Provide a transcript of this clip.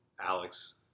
Alex